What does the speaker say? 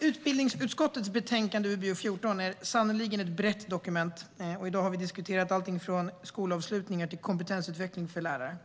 Utbildningsutskottets betänkande UbU14 är sannerligen ett brett dokument, och i dag har vi diskuterat allt från skolavslutningar till kompetensutveckling för lärare.